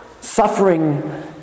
suffering